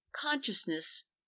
consciousness